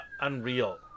unreal